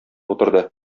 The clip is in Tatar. утырды